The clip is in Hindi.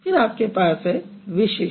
फिर आपके पास है विशिष्ट